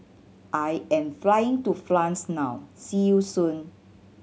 I am flying to France now see you soon